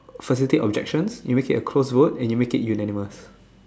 facilitate objections you make it a close vote and you make it unanimous